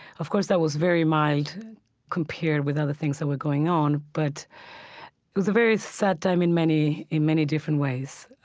of course that was very mild compared with other things that were going on but it was a very sad time in many in many different ways,